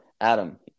adam